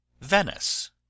venice